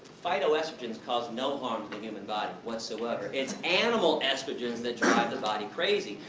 phytoestrogens cause no harm to the human body, whatsoever. it's animal estrogens that drive the body crazy.